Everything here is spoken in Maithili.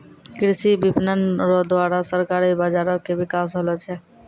कृषि विपणन रो द्वारा सहकारी बाजारो के बिकास होलो छै